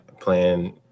playing